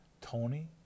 Tony